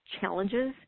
challenges